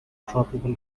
tropical